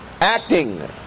acting